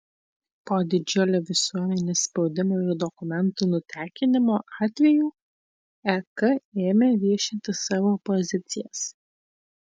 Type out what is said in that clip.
po didžiulio visuomenės spaudimo ir dokumentų nutekinimo atvejų ek ėmė viešinti savo pozicijas